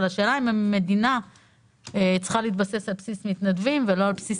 השאלה אם המדינה צריכה להתבסס על בסיס מתנדבים ולא על בסיס